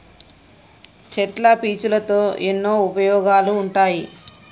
చెట్ల పీచులతో ఎన్నో ఉపయోగాలు ఉంటాయి